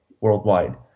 worldwide